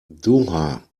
doha